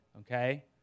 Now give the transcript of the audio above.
okay